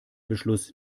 beschluss